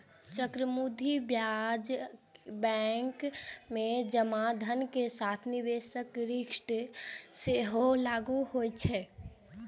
चक्रवृद्धि ब्याज बैंक मे जमा धन के साथ निवेशक रिटर्न पर सेहो लागू होइ छै